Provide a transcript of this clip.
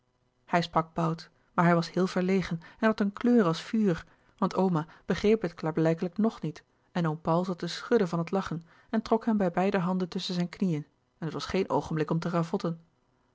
hij sprak bout maar hij was heel verlegen en had een kleur als vuur want oma begreep het klaarblijkelijk nog niet en oom paul zat te schudden van het lachen en trok hem bij beide handen tusschen zijn knieën en het was geen